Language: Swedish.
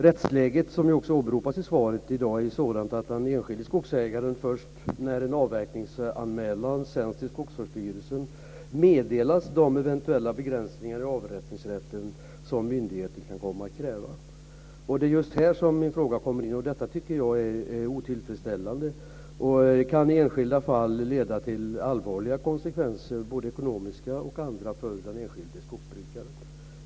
Rättsläget, som också åberopas i svaret, i dag är sådant att den enskilde skogsägaren först när en avverkingsanmälan sänts till skogsvårdsstyrelsen meddelas om de eventuella begränsningar i avverkningsrätten som myndigheten kan komma att kräva. Det är just här som min fråga kommer in. Jag tycker att det är otillfredsställande och kan i enskilda fall få allvarliga konsekvenser, både ekonomiska och andra, för den enskilde skogsbrukaren.